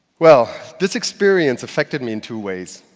well, this experience affected me in two ways.